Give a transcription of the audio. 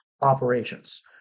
operations